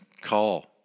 call